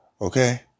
Okay